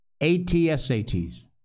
ATSATs